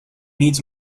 needs